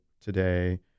today